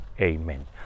Amen